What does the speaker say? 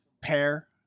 pair